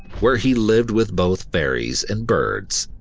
where he lived with both fairies and birds.